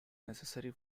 necessary